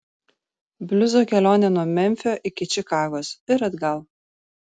bliuzo kelionė nuo memfio iki čikagos ir atgal